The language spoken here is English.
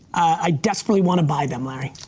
i desperately wanna buy them larry.